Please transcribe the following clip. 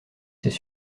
c’est